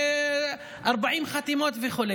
40 חתימות וכו'.